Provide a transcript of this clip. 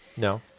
No